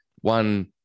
One